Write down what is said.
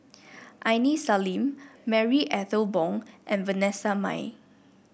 Aini Salim Marie Ethel Bong and Vanessa Mae